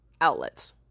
outlets